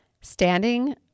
standing